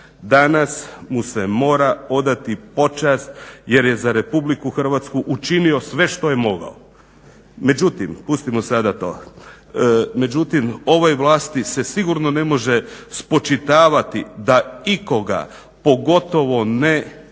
danas mu se mora odati počast jer je za RH učinio sve što je mogao. Međutim pustimo sada to. Međutim ovoj vlasti se sigurno ne može spočitavati da ikoga pogotovo ne